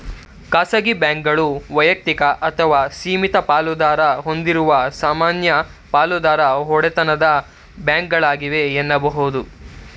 ಖಾಸಗಿ ಬ್ಯಾಂಕ್ಗಳು ವೈಯಕ್ತಿಕ ಅಥವಾ ಸೀಮಿತ ಪಾಲುದಾರ ಹೊಂದಿರುವ ಸಾಮಾನ್ಯ ಪಾಲುದಾರ ಒಡೆತನದ ಬ್ಯಾಂಕ್ಗಳಾಗಿವೆ ಎನ್ನುಬಹುದು